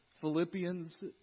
Philippians